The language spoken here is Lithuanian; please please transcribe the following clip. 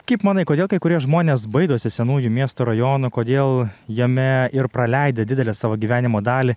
kaip manai kodėl kai kurie žmonės baidosi senųjų miesto rajonų kodėl jame ir praleidę didelę savo gyvenimo dalį